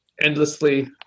endlessly